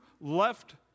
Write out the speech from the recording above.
left